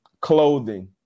clothing